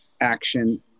action